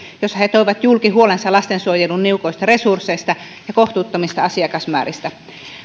jossa he toivat julki huolensa lastensuojelun niukoista resursseista ja kohtuuttomista asiakasmääristä